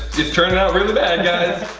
it's turning out really bad guys.